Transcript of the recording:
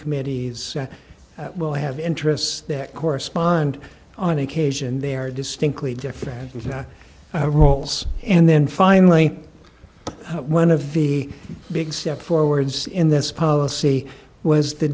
committees will have interests that correspond on occasion there are distinctly different roles and then finally one of the big step forwards in this policy was the